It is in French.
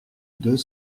deux